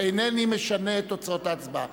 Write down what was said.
תודיעי לי אחרי ההצבעה.